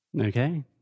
Okay